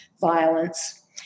violence